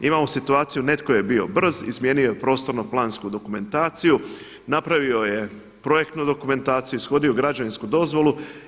Imamo situaciju netko je bio brz, izmijenio je prostorno plansku dokumentaciju, napravio je projektnu dokumentaciju, ishodio građevinsku dozvolu.